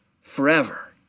forever